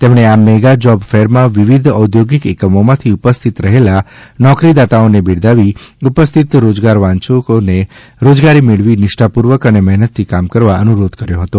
તેમણે આ મેગા જોબફેરમાં વિવિધ ઔદ્યોગિક એકમોમાંથી ઉપસ્થિત રહેલા નોકરીદાતાઓને બિરદાવી ઉપસ્થિત રોજગારવાંચ્છુકોને રોજગારી મેળવી નિષ્ઠાપૂર્વક અને મહેનતથી કામ કરવા અનુરોધ કર્યો હતો